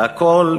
והכול,